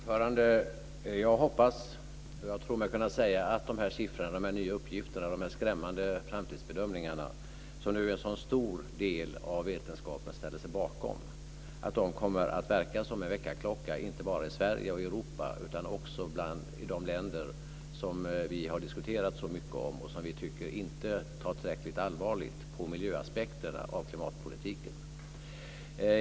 Fru talman! Jag hoppas och tror mig kunna säga att de nya uppgifterna, dessa skrämmande framtidsbedömningar, som nu en så stor del av vetenskapen ställer sig bakom, kommer att verka som en väckarklocka, inte bara i Sverige och i Europa utan också i de länder som vi har diskuterat så mycket om och som vi tycker inte tar tillräckligt allvarligt på miljöaspekterna på klimatpolitiken.